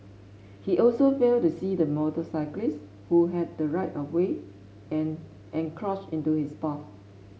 he also failed to see the motorcyclist who had the right of way and encroached into his path